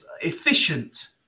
efficient